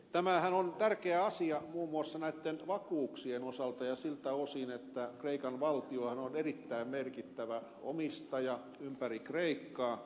tämähän on tärkeä asia muun muassa näitten vakuuksien osalta ja siltä osin että kreikan valtiohan on erittäin merkittävä omistaja ympäri kreikkaa